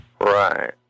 Right